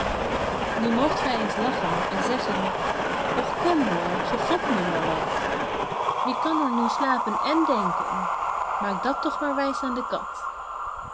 nu moogt gij eens lachen en zeggen och kom hoor ge fopt me maar wat wie kan er nu slapen en denken maak dat toch maar wijs aan de kat